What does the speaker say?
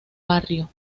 barrio